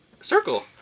circle